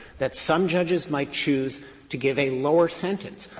that some judges might choose to give a lower sentence,